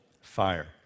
fire